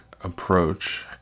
approach